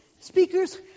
speakers